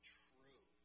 true